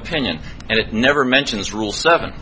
opinion and it never mentions rule seven